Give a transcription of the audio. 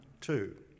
two